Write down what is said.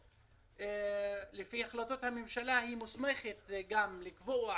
לפי החלטות ממשלה היא מוסמכת לקבוע